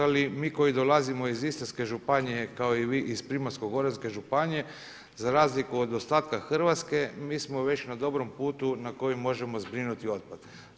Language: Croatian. Ali mi koji dolazimo iz Istarske županije kao i vi iz Primorsko-goranske županije za razliku od ostatka Hrvatske mi smo već na dobrom putu na koji možemo zbrinuti otpad.